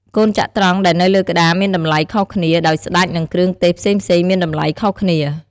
កូនចត្រង្គដែលនៅលើក្ដារមានតម្លៃខុសគ្នា ដោយស្ដេច និងគ្រឿងទេសផ្សេងៗមានតម្លៃខុសគ្នា។